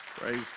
Praise